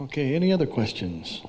ok any other questions